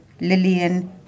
Lillian